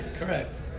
Correct